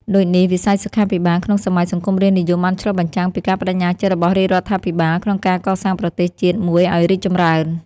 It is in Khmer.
ដូចនេះ វិស័យសុខាភិបាលក្នុងសម័យសង្គមរាស្រ្តនិយមបានឆ្លុះបញ្ចាំងពីការប្តេជ្ញាចិត្តរបស់រដ្ឋាភិបាលក្នុងការកសាងប្រទេសជាតិមួយឱ្យរីកចម្រើន។